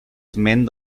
esment